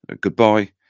Goodbye